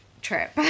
trip